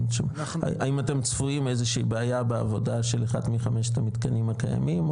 האם אתם צפויים איזושהי בעיה בעבודה של אחת מחמשת המתקנים הקיימים?